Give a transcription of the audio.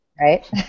right